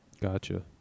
gotcha